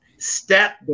Step